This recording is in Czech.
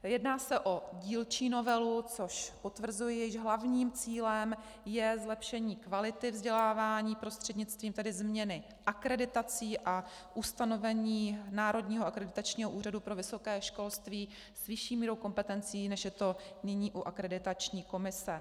Jedná se o dílčí novelu, což potvrzuji, jejímž hlavním cílem je zlepšení kvality vzdělávání prostřednictvím změny akreditací a ustanovení Národního akreditačního úřadu pro vysoké školství s vyšší mírou kompetencí, než je to nyní u Akreditační komise.